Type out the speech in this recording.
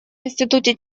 институте